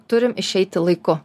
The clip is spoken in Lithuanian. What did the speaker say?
turim išeiti laiku